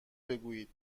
بگویید